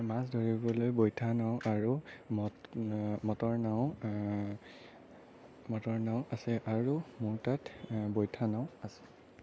মাছ ধৰিবলৈ বৈথা নাও আৰু মটৰ নাও মটৰ নাও আছে আৰু মোৰ তাত বৈথা নাও আছে